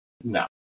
No